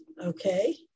Okay